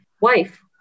wife